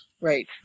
Right